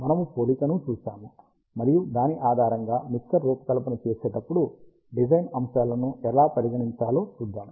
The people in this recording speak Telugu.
మనము పోలికను చూశాము మరియు దాని ఆధారంగా మిక్సర్ రూపకల్పన చేసేటప్పుడు డిజైన్ అంశాలను ఎలా పరిగణించాలో చూద్దాం